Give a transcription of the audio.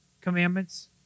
commandments